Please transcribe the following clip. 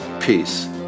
peace